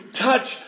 touch